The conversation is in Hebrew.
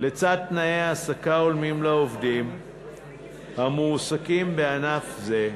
לצד תנאי העסקה הולמים לעובדים המועסקים בענף זה,